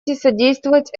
содействовать